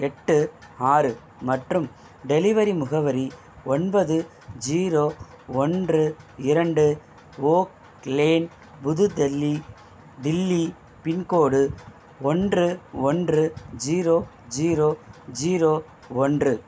எட்டு ஆறு மற்றும் டெலிவரி முகவரி ஒன்பது ஜீரோ ஒன்று இரண்டு ஓக் லேன் புது தில்லி தில்லி பின்கோடு ஒன்று ஒன்று ஜீரோ ஜீரோ ஜீரோ ஒன்று